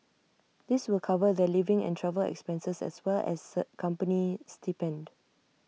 this will cover their living and travel expenses as well as third company stipend